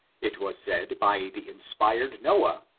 it was said by the inspired noah,